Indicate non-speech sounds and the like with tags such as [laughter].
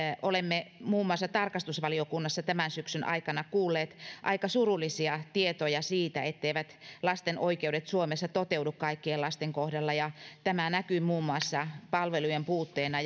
olemme muun muassa tarkastusvaliokunnassa tämän syksyn aikana kuulleet aika surullisia tietoja siitä etteivät lasten oikeudet suomessa toteudu kaikkien lasten kohdalla ja tämä näkyy muun muassa palvelujen puutteena [unintelligible]